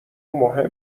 مهم